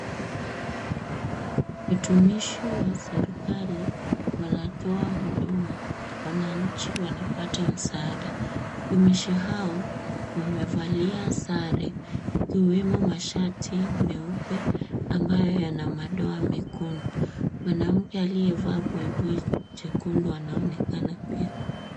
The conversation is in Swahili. Mtumishi wa serikali, anatoa huduma wananchi wanapata msaada. Watumishi hao wamevalia sare ikiwemo mashati meupe ambayo yana madoa mekundu. Mwanamke aliyevaa buibui jekundu anaonekana pia.